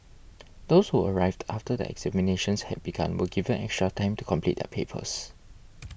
those who arrived after the examinations had begun were given extra time to complete their papers